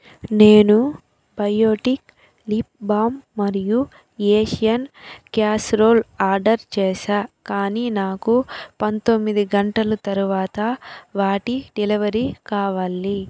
నేను biotique lip balm మరియు Asian casserole order చేశా కానీ నాకు పంతొమ్మిది గంటలు తరువాత వాటి డెలివరీ కావాలి